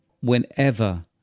whenever